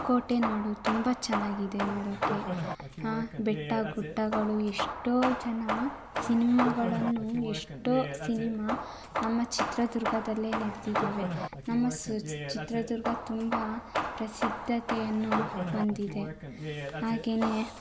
ಕೋಟೆನಾಡು ತುಂಬ ಚೆನ್ನಾಗಿದೆ ನೋಡೋಕ್ಕೆ ಬೆಟ್ಟಗುಡ್ಡಗಳು ಎಷ್ಟೋ ಜನ ಸಿನಿಮಾಗಳನ್ನು ಎಷ್ಟೋ ಸಿನಿಮಾ ನಮ್ಮ ಚಿತ್ರದುರ್ಗದಲ್ಲೇ ನಡ್ದಿದ್ದಾವೆ ನಮ್ಮ ಚಿತ್ರದುರ್ಗ ತುಂಬ ಪ್ರಸಿದ್ಧತೆಯನ್ನು ಹೊಂದಿದೆ ಹಾಗೆಯೇ